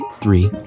Three